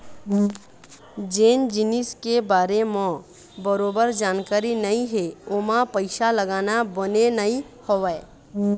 जेन जिनिस के बारे म बरोबर जानकारी नइ हे ओमा पइसा लगाना बने नइ होवय